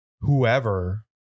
whoever